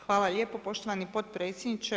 Hvala lijepo poštovani potpredsjedniče.